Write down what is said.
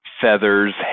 feathers